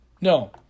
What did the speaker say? No